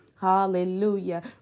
Hallelujah